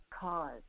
cause